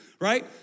right